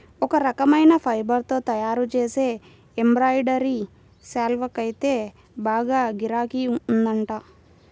ఒక రకమైన ఫైబర్ తో తయ్యారుజేసే ఎంబ్రాయిడరీ శాల్వాకైతే బాగా గిరాకీ ఉందంట